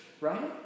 right